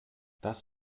das